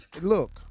look